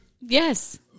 Yes